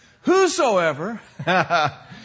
Whosoever